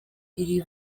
iri